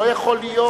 לא יכול להיות.